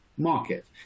market